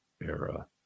era